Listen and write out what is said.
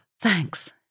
Thanks